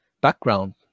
background